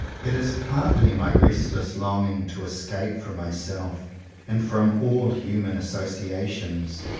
it is partly my restless longing to escape from myself and from all human associa tions.